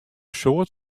soad